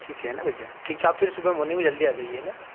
ठीक है ना भैया ठीक है आप फिर सुबह मॉर्निंग में जल्दी आ जाइए यहाँ